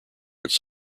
its